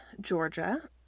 Georgia